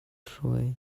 hruai